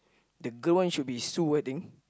the girl one should be so I think